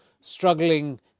struggling